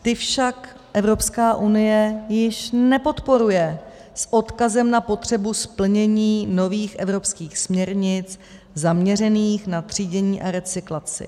Ty však EU již nepodporuje s odkazem na potřebu splnění nových evropských směrnic zaměřených na třídění a recyklaci.